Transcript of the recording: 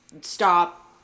stop